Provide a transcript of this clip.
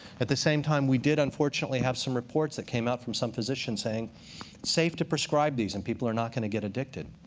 at the same time, we did unfortunately have some reports that came out from some physicians safe to prescribe these, and people are not going to get addicted.